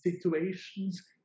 situations